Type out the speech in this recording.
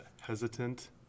Hesitant